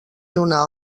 donar